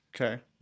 Okay